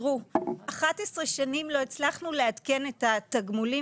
11 שנים לא הצלחנו לעדכן את התגמולים